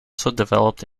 developed